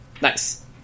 Nice